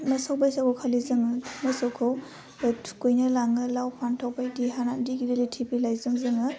मोसौ बैसागुखालि जोङो मोसौखौ थुखैनो लाङो लाव फान्थाव बायदि हानानै दिगिलिटि बिलाइजों जोङो